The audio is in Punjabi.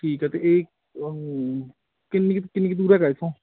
ਠੀਕ ਹੈ ਅਤੇ ਇਹ ਕਿੰਨੀ ਕੁ ਕਿੰਨੀ ਕੁ ਦੂਰ ਹੈਗਾ ਹੈ ਇੱਥੋਂ